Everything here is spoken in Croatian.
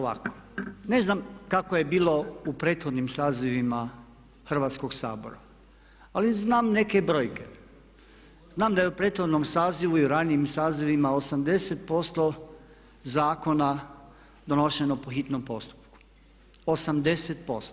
Reći ću ovako, ne znam kako je bilo u prethodnim sazivima Hrvatskog sabora, ali znam neke brojke, znam da je u prethodnom sazivu i u ranijim sazivima 80% zakona donošeno po hitnom postupku, 80%